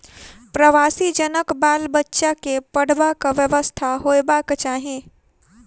प्रवासी जनक बाल बच्चा के पढ़बाक व्यवस्था होयबाक चाही